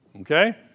Okay